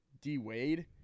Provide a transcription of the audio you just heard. D-Wade